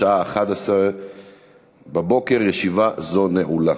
בשעה 11:00. ישיבה זו נעולה.